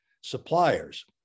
suppliers